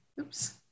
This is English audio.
Oops